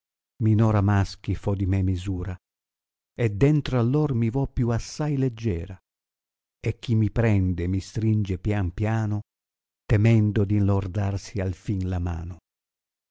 a maschi fo di me misura e dentro a lor mi vò più assai leggiera e chi mi prende mi stringe pian piano temendo d inlordarsi al fin la mano